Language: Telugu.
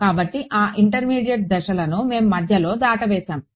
కాబట్టి ఆ ఇంటర్మీడియట్ దశలను మేము మధ్యలో దాటవేసాము